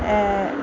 ऐं